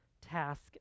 task